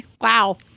Wow